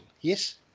Yes